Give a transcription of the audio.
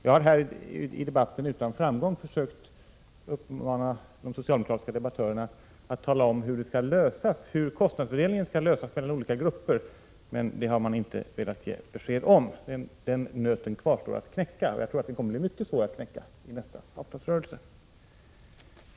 Jag har här utan framgång försökt uppmana de socialdemokratiska debattörerna att tala om hur kostnadsfördelningen skall lösas mellan olika grupper, men det har man inte velat ge ett besked om. Den nöten kvarstår att knäcka, och jag tror att den kommer att bli mycket svår att knäcka i nästa avtalsrörelse.